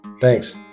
Thanks